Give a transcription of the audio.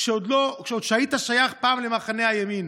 כשעוד היית שייך למחנה הימין.